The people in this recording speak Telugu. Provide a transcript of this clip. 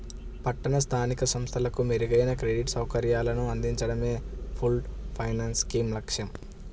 పట్టణ స్థానిక సంస్థలకు మెరుగైన క్రెడిట్ సౌకర్యాలను అందించడమే పూల్డ్ ఫైనాన్స్ స్కీమ్ లక్ష్యం